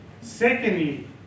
Secondly